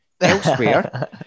elsewhere